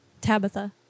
Tabitha